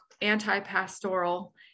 anti-pastoral